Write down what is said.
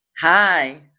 Hi